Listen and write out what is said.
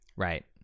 right